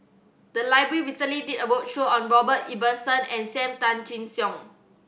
the library recently did a roadshow on Robert Ibbetson and Sam Tan Chin Siong